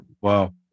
Wow